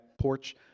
porch